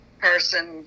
person